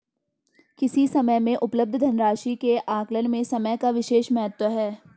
किसी समय में उपलब्ध धन राशि के आकलन में समय का विशेष महत्व है